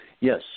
Yes